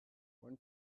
one